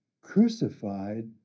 Crucified